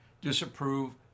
disapprove